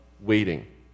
waiting